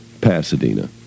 Pasadena